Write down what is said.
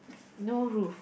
no roof